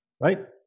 right